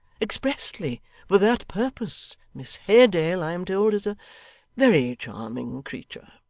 expressly for that purpose miss haredale, i am told, is a very charming creature